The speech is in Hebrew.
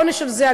העונש על זה,